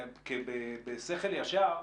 בשכל ישר,